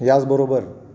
याचबरोबर